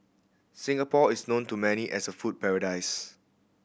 Singapore is known to many as a food paradise